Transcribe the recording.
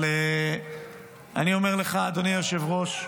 אבל אני אומר לך, אדוני היושב-ראש,